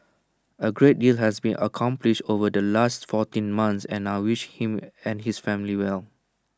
A great deal has been accomplished over the last fourteen months and I wish him and his family well